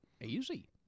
Easy